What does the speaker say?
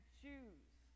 choose